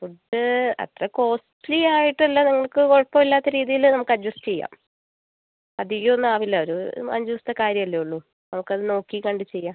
food അത്ര costly ആയിട്ടല്ല നമുക്ക് കുഴപ്പമില്ലാത്ത രീതിയിൽ നമുക്ക് അഡ്ജസ്റ്റ് ചെയ്യാം അധികമൊന്നും ആവില്ല ഒരു അഞ്ചുദിവസത്തെ കാര്യമല്ലേ ഉള്ളൂ നമുക്ക് അത് നോക്കിക്കണ്ട് ചെയ്യാം